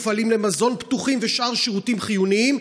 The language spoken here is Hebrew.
מפעלי מזון פתוחים ושאר שירותים חיוניים,